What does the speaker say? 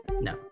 No